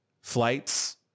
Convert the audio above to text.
flights